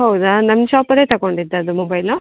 ಹೌದ ನಮ್ಮ ಶಾಪಲ್ಲೆ ತಗೊಂಡಿದ್ದ ಅದು ಮೊಬೈಲು